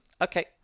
Okay